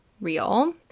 real